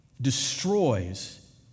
destroys